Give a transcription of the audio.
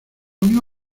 unió